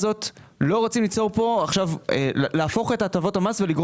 לא רוצים להפוך את הטבות המס ולגרום